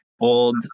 old